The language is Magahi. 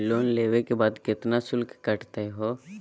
लोन लेवे के बाद केतना शुल्क कटतही हो?